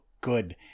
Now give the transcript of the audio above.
good